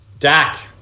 Dak